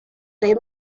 they